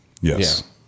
Yes